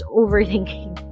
overthinking